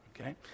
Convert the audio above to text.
Okay